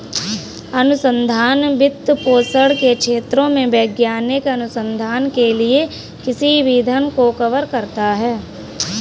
अनुसंधान वित्तपोषण के क्षेत्रों में वैज्ञानिक अनुसंधान के लिए किसी भी धन को कवर करता है